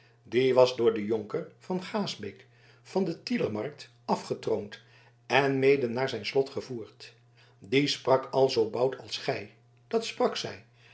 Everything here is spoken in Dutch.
die was door den jonker van gaesbeek van de tielermarkt afgetroond en mede naar zijn slot gevoerd die sprak al zoo bout als gij dat sprak zij